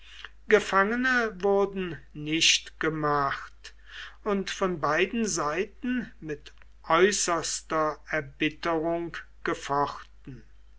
gefangene wurden nicht gemacht und von beiden seiten mit äußerster erbitterung gefochten